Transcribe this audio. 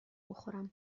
بخورم